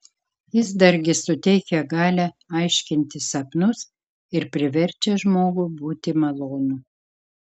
jis dargi suteikia galią aiškinti sapnus ir priverčia žmogų būti malonų